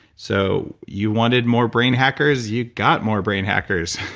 so you wanted more brain hackers, you got more brain hackers.